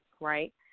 right